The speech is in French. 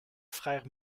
frères